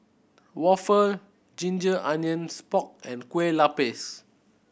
waffle ginger onions pork and Kueh Lupis